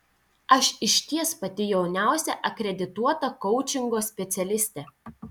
aš išties pati jauniausia akredituota koučingo specialistė